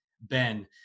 Ben